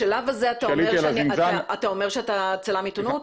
בשלב הזה אתה אומר להם שאתה צלם עיתונות?